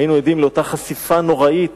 היינו עדים לאותה חשיפה נוראית